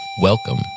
Welcome